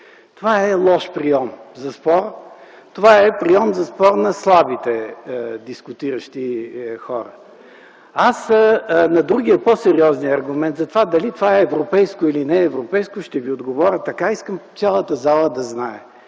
Това е лош прийом за спор, това е прийом за спор на слабите дискутиращи хора. На по-сериозния аргумент – дали това е европейско или не е европейско, ще Ви отговоря така и искам цялата зала да знае.